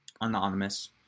anonymous